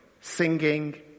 singing